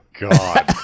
god